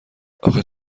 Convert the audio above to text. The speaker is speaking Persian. آخه